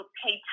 pay